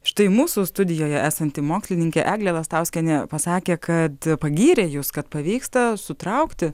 štai mūsų studijoje esanti mokslininkė eglė lastauskienė pasakė kad pagyrė jus kad pavyksta sutraukti